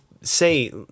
say